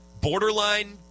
borderline